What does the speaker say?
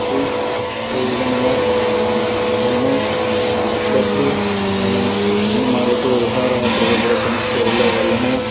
history అదేవిధముగా నేను అప్పుడప్పుడు మేము సినిమాలకు విహార యాత్రలకు కూడ ఫ్రెండ్స్తో వెళ్ళేవాళ్ళము